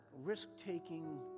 risk-taking